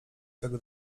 tego